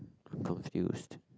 I'm confused